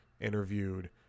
interviewed